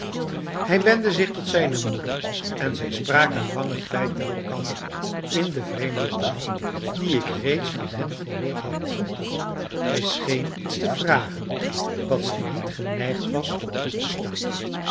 hij wendde zich tot zijne moeder en zij spraken langen tijd met elkander in de vreemde taal die ik reeds van hen gehoord had hij scheen iets te vragen wat zij niet geneigd was toe te staan